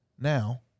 now